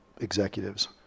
executives